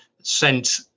sent